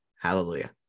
hallelujah